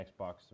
Xbox